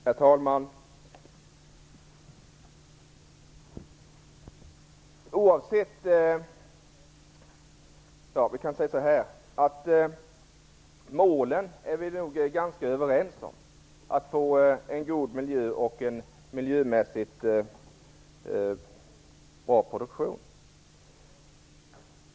Herr talman! Vi är nog ganska överens om att målen är att få en god miljö och en miljömässigt bra produktion.